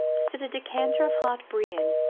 stood a decanter of haut brion,